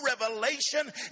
revelation